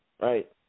right